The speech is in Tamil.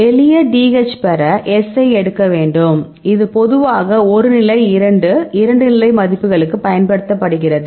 எளிய dH பெற S ஐ எடுக்க வேண்டும் இது பொதுவாக ஒரு நிலை 2 2 நிலை மதிப்புகளுக்கு பயன்படுத்தப்படுகிறது